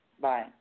Bye